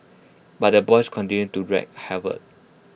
but the boys continued to wreak havoc